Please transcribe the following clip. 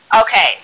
okay